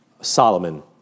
Solomon